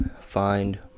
find